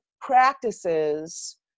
practices